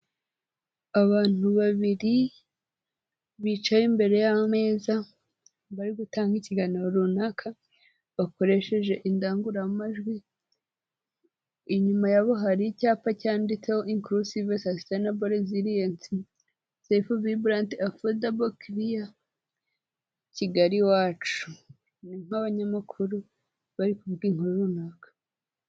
Abantu babiri bicaye imbere y'ameza, bari gutanga ikiganiro runaka, bakoresheje indangururamajwi, inyuma yabo hari icyapa cyanditseho inkurusive sasitayinebo reziriyensi, selifu vayiburanti afodebo Kigali iwacu, ni nk'abanyamakuru bari kuvuga inkuru runaka.